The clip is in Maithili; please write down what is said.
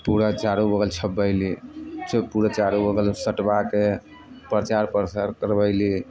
पूरा चारू बगल छपबैली पूरा चारू बगल सटबाके प्रचार प्रसार करबैली